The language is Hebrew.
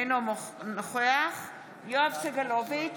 אינו נוכח יואב סגלוביץ,